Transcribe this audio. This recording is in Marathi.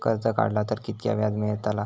कर्ज काडला तर कीतक्या व्याज मेळतला?